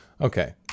okay